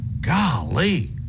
Golly